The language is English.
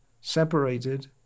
separated